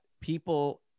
people